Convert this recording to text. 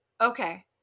okay